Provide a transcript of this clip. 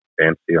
fancy